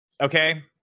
okay